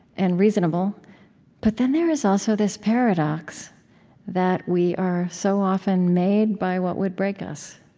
and reasonable but then there is also this paradox that we are so often made by what would break us.